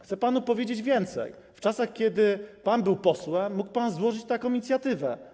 Chcę panu powiedzieć więcej: w czasach, kiedy pan był posłem, mógł pan złożyć taką inicjatywę.